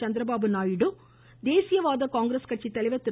சந்திரபாபு நாயுடு தேசியவாத காங்கிரஸ் கட்சி தலைவர் திரு